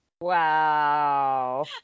Wow